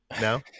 No